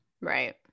Right